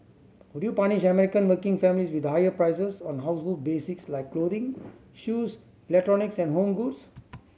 would you punish American working families with higher prices on household basics like clothing shoes electronics and home goods